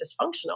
dysfunctional